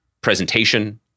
presentation